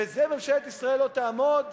בזה ממשלת ישראל לא תעמוד?